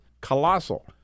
colossal